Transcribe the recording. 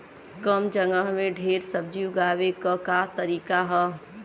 कम जगह में ढेर सब्जी उगावे क का तरीका ह?